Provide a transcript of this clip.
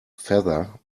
feather